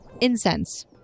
Incense